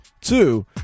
Two